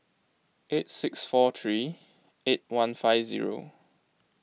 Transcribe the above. eight six four three eight one five zero